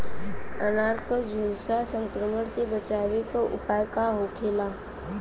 अनार के झुलसा संक्रमण से बचावे के उपाय का होखेला?